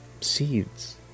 seeds